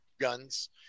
guns